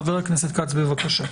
חבר הכנסת כץ, בבקשה.